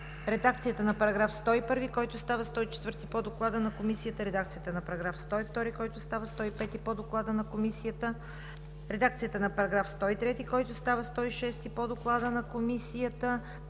редакцията на § 101, който става § 104 по Доклада на Комисията; редакцията на § 102, който става § 105 по Доклада на Комисията; редакцията на § 103, който става § 106 по Доклада на Комисията;